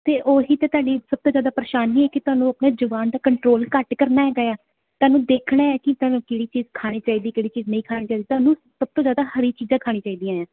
ਤੇ ਉਹੀ ਤੇ ਸਾਡੀ ਸਭ ਤੋਂ ਜਿਆਦਾ ਪਰੇਸ਼ਾਨੀ ਹੈ ਕਿ ਤੁਹਾਨੂੰ ਆਪਣੇ ਜੁਬਾਨ ਦਾ ਕੰਟਰੋਲ ਘੱਟ ਕਰਨਾ ਹੈਗਾ ਆ ਤੁਹਾਨੂੰ ਦੇਖਣਾ ਹ ਕਿ ਤੁਹਾਨੂੰ ਕਿਹੜੀ ਚੀਜ਼ ਖਾਣੀ ਚਾਹੀਦੀ ਕਿਹੜੀ ਚੀਜ਼ ਨਹੀਂ ਖਾਣੀ ਤੁਹਾਨੂੰ ਸਭ ਤੋਂ ਜਿਆਦਾ ਹਰੀ ਚੀਜਾਂ ਖਾਣੀ ਚਾਹੀਦੀਆਂ ਆ